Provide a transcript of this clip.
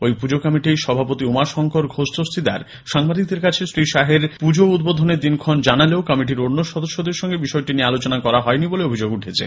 ঐ পুজো কমিটির সভাপতি উমাশঙ্কর ঘোষ দস্তিদার সাংবাদিকদের কাছে শ্রী শাহের পুজো উদ্বোধনের দিনক্ষণ জানালেও কমিটির অন্য সদস্যের সঙ্গে বিষয়টি নিয়ে আলোচনা করা হয়নি বলে অভিযোগ উঠেছে